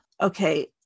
okay